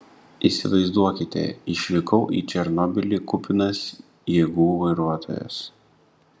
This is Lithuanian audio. įsivaizduokite išvykau į černobylį kupinas jėgų vairuotojas